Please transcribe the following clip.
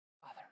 Father